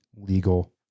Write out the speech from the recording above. legal